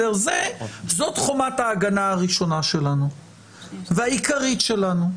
זאת חומת ההגנה הראשונה והעיקרית שלנו,